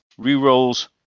Rerolls